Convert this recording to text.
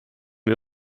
wir